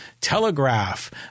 Telegraph